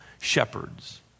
shepherds